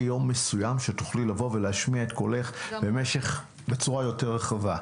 מסוים שאת תוכלי לבוא ולהשמיע את קולך בצורה יותר רחבה.